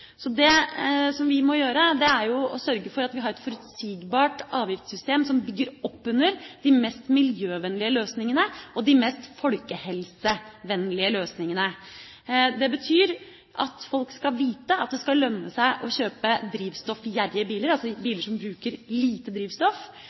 vi må gjøre, er å sørge for at vi har et forutsigbart avgiftssystem som bygger opp under de mest miljøvennlige løsningene og de mest folkehelsevennlige løsningene. Det betyr at folk skal vite at det skal lønne seg å kjøpe drivstoffgjerrige biler, altså